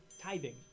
tithing